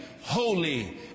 holy